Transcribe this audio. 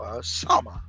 Summer